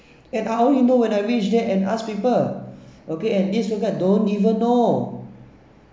and I only know when I reach there and ask people okay and this tour guide don't even know